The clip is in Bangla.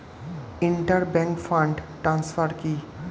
ইন্টার ব্যাংক ফান্ড ট্রান্সফার কি?